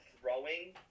throwing